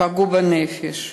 פגעו בנפש,